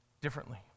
differently